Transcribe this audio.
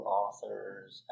authors